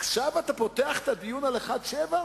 עכשיו אתה פותח את הדיון על 1.7,